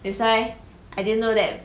that's why I didn't know that